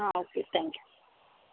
okay thank you